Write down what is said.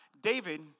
David